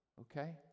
Okay